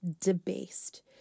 debased